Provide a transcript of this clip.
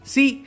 See